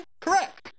correct